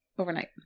Overnight